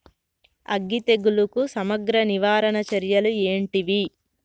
అగ్గి తెగులుకు సమగ్ర నివారణ చర్యలు ఏంటివి?